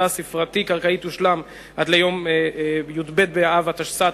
הספרתי-קרקעי תושלם עד ליום י"ב באב התשס"ט,